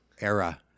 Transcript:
era